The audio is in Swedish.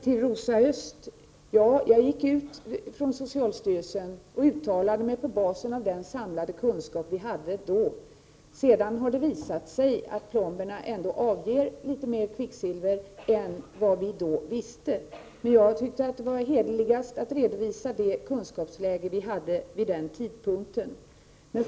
Till Rosa Östh: När jag företrädde socialstyrelsen uttalade jag mig på basis av den samlade kunskap vi då hade. Sedan har det visat sig att plomberna ändå avger litet mer kvicksilver än vad vi då visste. Men jag tycker att det var hederligast att redovisa det kunskapsläge vi hade vid den tidpunkten.